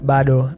Bado